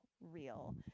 real